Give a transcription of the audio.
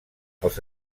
als